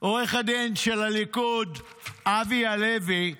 עורך הדין של הליכוד אבי הלוי,